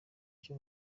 cyo